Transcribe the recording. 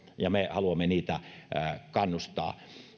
ja me haluamme niihin kannustaa